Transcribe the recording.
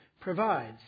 provides